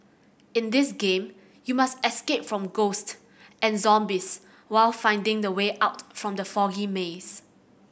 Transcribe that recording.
in this game you must escape from ghost and zombies while finding the way out from the foggy maze